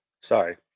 Sorry